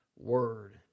Word